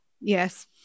Yes